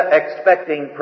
expecting